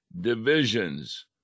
divisions